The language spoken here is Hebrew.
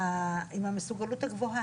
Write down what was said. העיניים שלי ממש צריכות את זה.